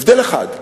הבדל אחד,